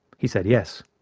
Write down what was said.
he said yes.